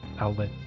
outlet